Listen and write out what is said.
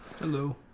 Hello